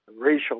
racial